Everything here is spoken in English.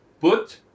Put